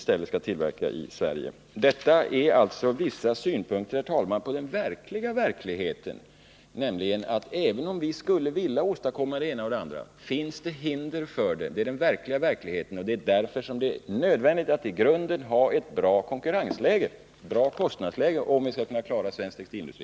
De synpunkter jag nu redovisat hänger samman med de problem som finns i den faktiska verkligheten. Även om vi skulle vilja åstadkomma både det ena och det andra finns det hinder för detta, vilket alltså är den faktiska verkligheten. Det är därför som det är nödvändigt att ha ett i grunden bra kostnadsoch konkurrensläge, för annars kan vi inte klara svensk textilindustri.